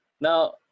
Now